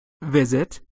visit